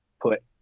put